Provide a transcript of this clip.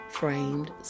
framed